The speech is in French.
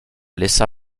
laissa